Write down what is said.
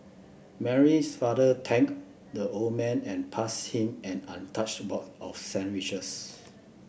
Mary's father thanked the old man and passed him an untouched box of sandwiches